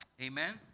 amen